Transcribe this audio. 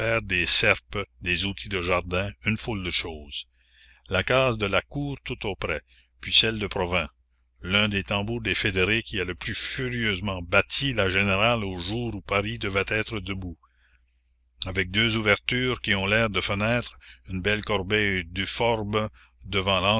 des serpes des outils de jardin une foule de choses la case de lacourt tout auprès puis celle de provins l'un des tambours des fédérés qui le plus furieusement battit la générale aux jours où paris devait être debout avec deux ouvertures qui ont l'air de fenêtres une belle corbeille d'euphorbes devant